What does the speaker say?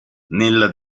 nella